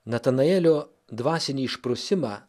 natanaelio dvasinį išprusimą